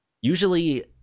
usually